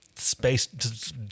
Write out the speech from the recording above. space